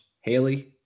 Haley